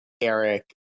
Eric